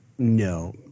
No